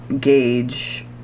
gauge